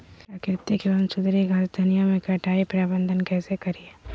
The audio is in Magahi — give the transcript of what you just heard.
प्राकृतिक एवं सुधरी घासनियों में कटाई प्रबन्ध कैसे करीये?